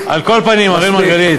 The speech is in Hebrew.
אני לא זוכר,